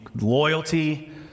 Loyalty